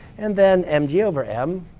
and then mg over m.